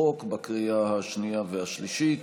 בהצעת חוק לקריאה השנייה והשלישית.